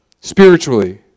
Spiritually